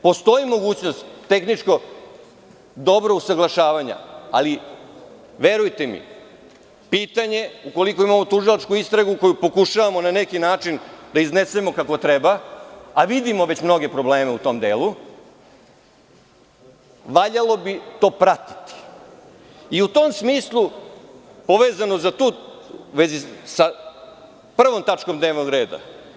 Postoji mogućnost tehničkog dobrog usaglašavanja, ali, verujte mi, pitanje ukoliko imamo tužilačku istragu koju pokušavamo na neki način da iznesemo kako treba, a vidimo već mnoge probleme u tom delu, valjalo bi to pratiti i u tom smislu povezano sa 1. tačkom dnevnog reda.